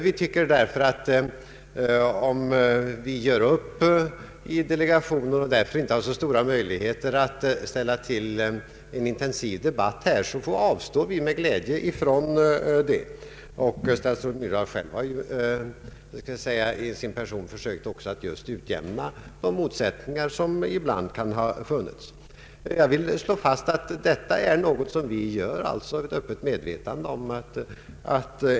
Om vi gör upp om vårt ställningstagande i delegationen och därför inte har så stora möjligheter att sedan ställa till en intensiv debatt avstår vi med glädje därifrån. Statsrådet Myrdal har själv, i sin person, försökt utjämna de motsättningar som ibland kan ha funnits. Jag vill slå fast att detta samarbete är något som vi gör i öppet medvetande om konsekvenserna.